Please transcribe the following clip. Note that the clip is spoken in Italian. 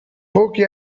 pochi